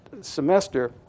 semester